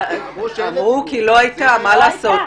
אמרו כי לא הייתה, מה לעשות.